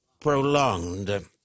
prolonged